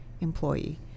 employee